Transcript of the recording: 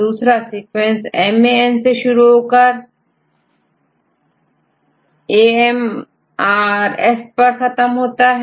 दूसरा सीक्वेंसMAN से शुरू औरAMRF पर खत्म होता है